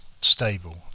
stable